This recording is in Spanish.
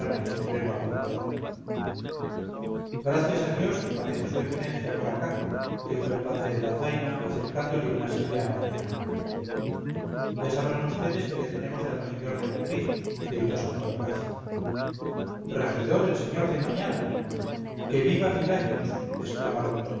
y sombrero apuntado gracias a dios que parece su eminencia por acá dijo el padre de la zaina acercándole una silla a mañara ya sabrán vds que le tenemos de regidor de madrid gritó santorcaz regidor el sr de mañara que viva mil años exclamaron